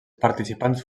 participants